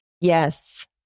Yes